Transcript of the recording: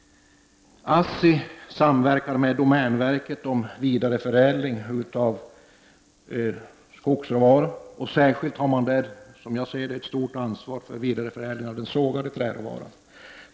ASSI samverkar med domänverket om vidareförädling av skogsråvara. Som jag ser det har man i detta sammanhang ett särskilt ansvar för vidareförädling av den sågade träråvaran.